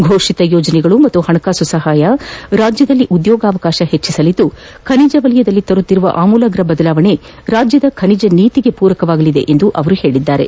ಫೋಷಿತ ಯೋಜನೆಗಳು ಮತ್ತು ಹಣಕಾಸು ಸಹಾಯ ರಾಜ್ಯದಲ್ಲಿ ಉದ್ಯೋಗಾವಕಾಶಗಳನ್ನು ಹೆಚ್ಚಿಸಲಿದ್ದು ಖನಿಜ ವಲಯದಲ್ಲಿ ತರುತ್ತಿರುವ ಅಮೂಲಾಗ್ರ ಬದಲಾವಣೆ ರಾಜ್ಯದ ಖನಿಜ ನೀತಿಗೆ ಪೂರಕವಾಗಲಿದೆ ಎಂದು ಮುಖ್ಯಮಂತ್ರಿ ಹೇಳಿದ್ದಾರೆ